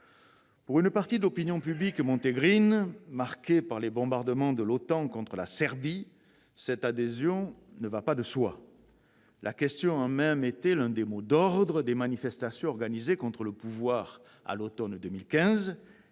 Pour une partie de l'opinion publique monténégrine, marquée par les bombardements de l'OTAN contre la Serbie, cette adhésion ne va pas de soi. La question a même été l'un des mots d'ordre des manifestations organisées contre le pouvoir à l'automne 2015.